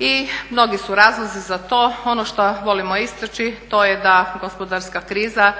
I mnogi su razlozi za to. Ono šta volimo istaći to je da gospodarska kriza